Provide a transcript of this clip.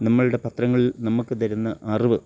നമ്മളുടെ പത്രങ്ങൾ നമ്മള്ക്ക് തരുന്ന അറിവ്